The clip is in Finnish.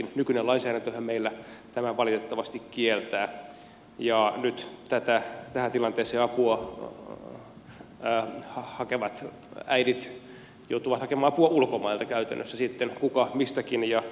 nykyinen lainsäädäntöhän meillä tämän valitettavasti kieltää ja nyt tähän tilanteeseen apua hakevat äidit joutuvat hakemaan apua ulkomailta käytännössä sitten kuka mistäkin ja kuka milläkin tavalla